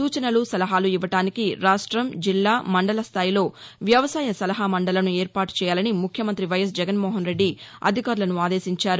సూచనలు సలహాలు ఇవ్వడానికి రాష్టం జిల్లా మండల స్థాయిలో వ్యవసాయ సలహా మండక్లను ఏర్పాటు చేయాలని ముఖ్యమంత్రి వైఎస్ జగన్మోహన్రెడ్డి అధికారులను ఆదేశించారు